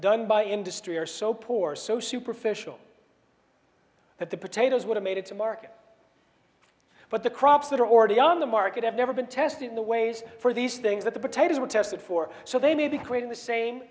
done by industry are so poor so superficial that the potatoes would have made it to market but the crops that are already on the market have never been tested in the ways for these things that the potatoes were tested for so they may be creating the same